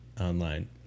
online